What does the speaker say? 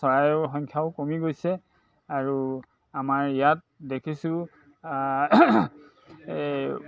চৰাইৰ সংখ্যাও কমি গৈছে আৰু আমাৰ ইয়াত দেখিছোঁ এই